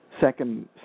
second